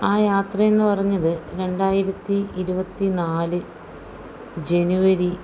ആ യാത്രയെന്നു പറഞ്ഞത് രണ്ടായിരത്തി ഇരുപത്തി നാല് ജനുവരി